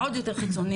עוד יותר חיצוני,